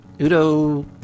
Udo